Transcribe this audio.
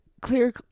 clear